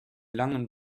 langen